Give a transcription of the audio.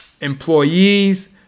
employees